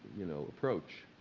you know, approach.